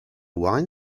wine